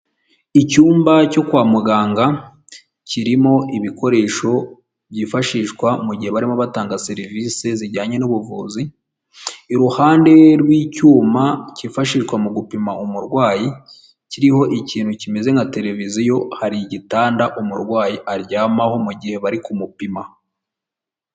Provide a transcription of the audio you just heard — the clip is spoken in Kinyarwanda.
Icyumba cyo kwa muganga, kirimo ibikoresho byifashishwa mu gihe barimo batanga serivisi zijyanye n'ubuvuzi, iruhande rw'icyuma cyifashishwa mu gupima umurwayi kiriho ikintu kimeze nka tereviziyo, hari igitanda umurwayi aryamaho mu gihe bari kumupima.